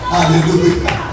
Hallelujah